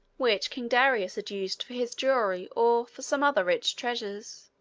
which king darius had used for his jewelry or for some other rich treasures.